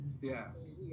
yes